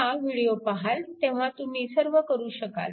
हा विडिओ पाहाल तेव्हा तुम्ही सर्व करू शकाल